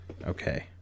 Okay